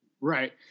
Right